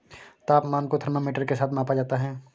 तापमान को थर्मामीटर के साथ मापा जाता है